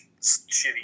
shitty